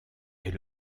est